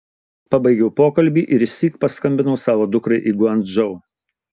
pabaigiau pokalbį ir išsyk paskambinau savo dukrai į guangdžou